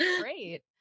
Great